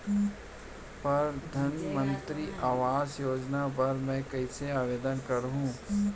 परधानमंतरी आवास योजना बर मैं कइसे आवेदन करहूँ?